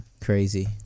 Crazy